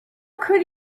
could